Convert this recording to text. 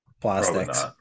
plastics